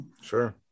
Sure